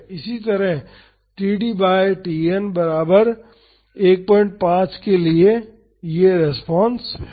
इसी तरह td by Tn बराबर 15 के यह रेस्पॉन्स है